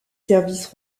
services